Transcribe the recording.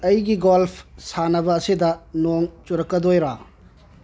ꯑꯩꯒꯤ ꯒꯣꯜꯐ ꯁꯥꯟꯅꯕ ꯑꯁꯤꯗ ꯅꯣꯡ ꯆꯨꯔꯛꯀꯗꯣꯏꯔꯥ